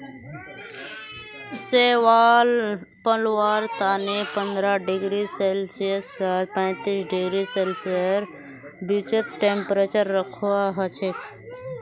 शैवाल पलवार तने पंद्रह डिग्री सेल्सियस स पैंतीस डिग्री सेल्सियसेर बीचत टेंपरेचर रखवा हछेक